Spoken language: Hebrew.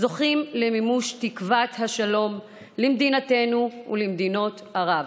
וזוכים למימוש תקוות השלום למדינתנו ולמדינות ערב.